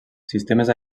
sistemes